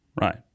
right